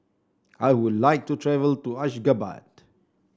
I would like to travel to Ashgabat